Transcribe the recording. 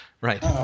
right